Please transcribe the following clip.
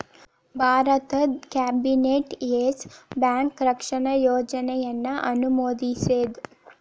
ಭಾರತದ್ cabinet Yes Bank ರಕ್ಷಣಾ ಯೋಜನೆಯನ್ನ ಅನುಮೋದಿಸೇದ್